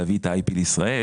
להביא את ה-IP לישראל,